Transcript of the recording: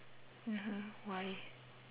(uh huh) why